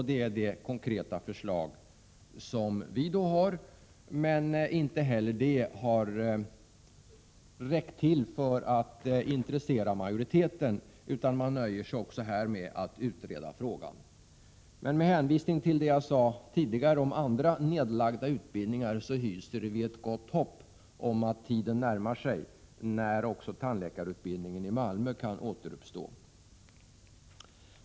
Detta är vårt konkreta förslag, men inte heller det har räckt till för att intressera utskottsmajoriteten, som nöjer sig med att vilja utreda frågan. Med hänvisning till vad jag sade tidigare om andra nedlagda utbildningar hyser vi ett gott hopp om att tiden närmar sig den dag då tandläkarutbildningen i Malmö kan återuppstå.